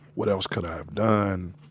what else could i have done?